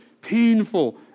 painful